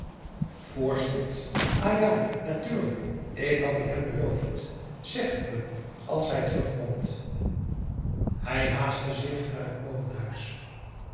voorschot ah ja natuurlijk ik had t hem beloofd zeg t me als hij terugkomt hij haastte zich naar het molenhuis